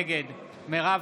נגד מירב